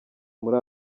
muri